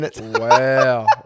wow